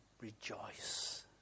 rejoice